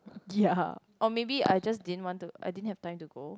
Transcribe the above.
ya or maybe I just didn't want to I didn't have time to go